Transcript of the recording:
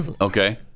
Okay